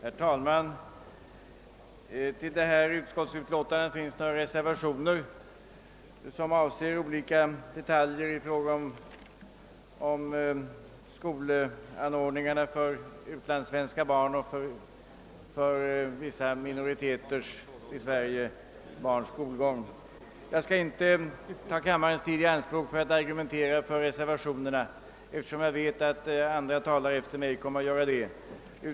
Herr talman! Till det utskottsutlåtande som vi nu behandlar har fogats några reservationer avseende olika detaljer i skolundervisningen för utlandssvenska barn och skolgången för vissa minoriteters barn i Sverige. Jag skall inte nu ta kammarens tid i anspråk för att argumentera för reservationerna, eftersom jag vet att andra talare efter mig kommer att göra det.